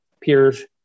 peers